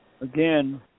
Again